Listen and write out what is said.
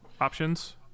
options